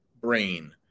brain